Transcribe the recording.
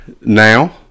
now